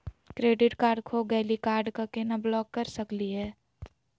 Credit card खो गैली, card क केना ब्लॉक कर सकली हे?